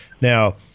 Now